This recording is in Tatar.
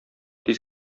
тиз